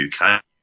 uk